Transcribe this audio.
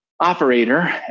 operator